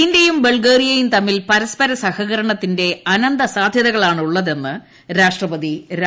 ഇന്ത്യയും ബൾഗേറിയയും തമ്മിൽ പരസ്പര സഹകരണത്തിന്റെ അനന്ത സാധ്യതകളാണുള്ളതെന്ന് രാഷ്ട്രപതി രാംനാഥ് കോവിന്ദ്